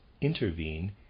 intervene